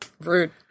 rude